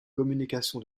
communication